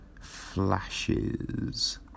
flashes